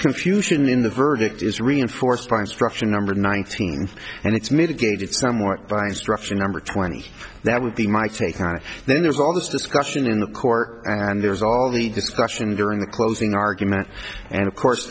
confusion in the verdict is reinforced by instruction number nineteen and it's mitigated somewhat by instruction number twenty that would be my take on it then there's all this discussion in the court and there's all the discussion during the close thing argument and of course